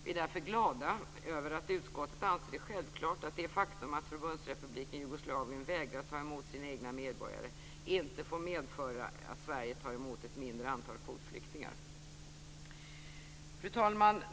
Vi är därför glada att utskottet anser det självklart att det faktum att Förbundsrepubliken Jugoslavien vägrar att ta emot sina egna medborgare inte får medföra att Sverige tar emot ett mindre antal kvotflyktingar. Fru talman!